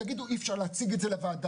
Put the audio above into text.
תגידו שאי אפשר להציג את זה לוועדה,